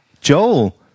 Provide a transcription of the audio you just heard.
joel